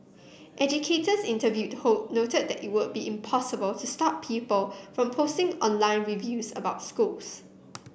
educators interviewed noted that it would be impossible to stop people from posting online reviews about schools